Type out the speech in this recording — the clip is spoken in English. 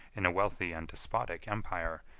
in a wealthy and despotic empire,